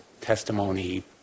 testimony